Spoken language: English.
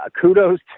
kudos